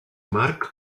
march